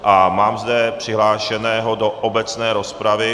A mám zde přihlášeného do obecné rozpravy.